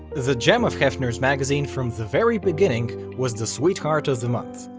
the gem of hefner's magazine from the very beginning was the sweetheart of the month,